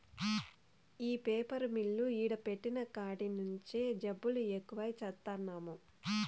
ఈ paper mill ఈడ పెట్టిన కాడి నుంచే జబ్బులు ఎక్కువై చత్తన్నాము